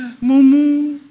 mumu